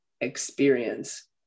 experience